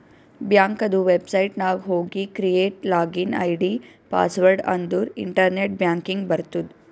ಬ್ಯಾಂಕದು ವೆಬ್ಸೈಟ್ ನಾಗ್ ಹೋಗಿ ಕ್ರಿಯೇಟ್ ಲಾಗಿನ್ ಐ.ಡಿ, ಪಾಸ್ವರ್ಡ್ ಅಂದುರ್ ಇಂಟರ್ನೆಟ್ ಬ್ಯಾಂಕಿಂಗ್ ಬರ್ತುದ್